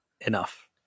enough